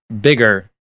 bigger